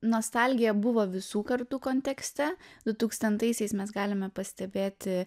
nostalgija buvo visų kartų kontekste dutūkstantaisiais mes galime pastebėti